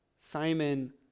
Simon